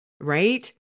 right